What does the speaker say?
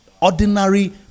ordinary